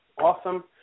awesome